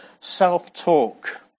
self-talk